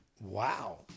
wow